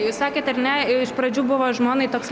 jūs sakėt ar ne iš pradžių buvo žmonai toks